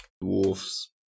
dwarfs